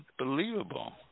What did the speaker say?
unbelievable